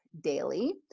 daily